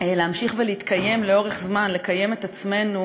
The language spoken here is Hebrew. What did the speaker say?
להמשיך ולהתקיים לאורך זמן, לקיים את עצמנו